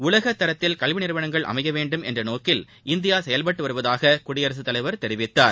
உலகத்தரத்தில் கல்வி நிறுவனங்கள் அமையவேண்டும் என்ற நோக்கில் இந்தியா செயல்பட்டு வருவதாக குடியரசுத்தலைவர் தெரிவித்தார்